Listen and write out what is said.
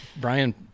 Brian